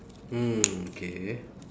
mm okay